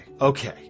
okay